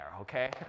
okay